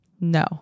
No